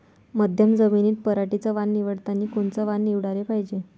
मध्यम जमीनीत पराटीचं वान निवडतानी कोनचं वान निवडाले पायजे?